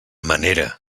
manera